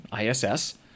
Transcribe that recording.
ISS